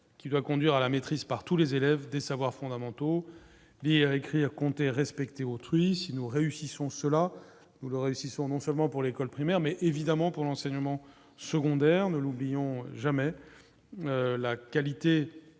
qui doit conduire à la maîtrise par tous les élèves des savoirs fondamentaux, lire, écrire, compter, respecter autrui si nous réussissons cela nous le réussissons non seulement pour l'école primaire, mais évidemment pour l'enseignement secondaire, ne l'oublions jamais la qualité